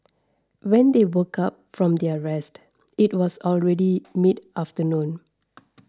when they woke up from their rest it was already midafternoon